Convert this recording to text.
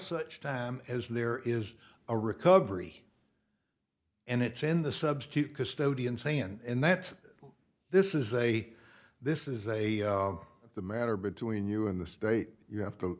such time as there is a recovery and it's in the substitute custodian say and that this is a this is a the matter between you and the state you have to